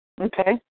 Okay